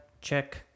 check